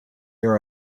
are